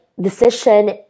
decision